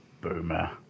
Boomer